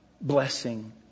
blessing